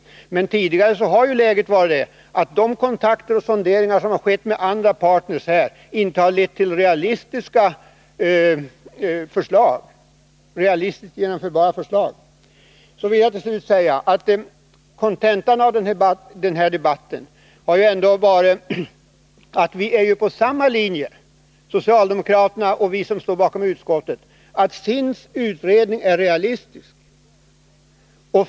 Men tidigare har det varit så att de kontakter och sonderingar som har skett med andra partner inte har lett till realistiska, genomförbara förslag. Till sist vill jag säga att kontentan av den här debatten blir att socialdemokraterna och vi som står bakom utskottets ställningstagande är på sammallinje, dvs. att SIND:s utredning är realistisk.